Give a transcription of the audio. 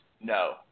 No